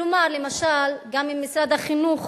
כלומר, למשל, גם אם משרד החינוך